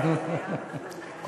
תודה לך,